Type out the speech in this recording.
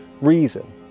reason